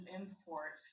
import